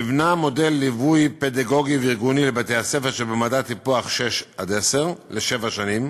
ונבנה מודל ליווי פדגוגי וארגוני לבתי-הספר שבמדד טיפוח 6 10 לשבע שנים.